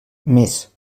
més